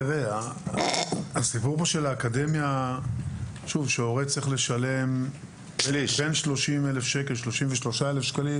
הסיפור פה של האקדמיה שהורה צריך לשלם בין 33 אלף שקלים,